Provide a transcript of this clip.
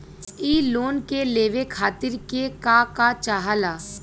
इ लोन के लेवे खातीर के का का चाहा ला?